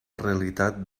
realitat